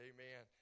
Amen